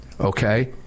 okay